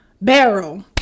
barrel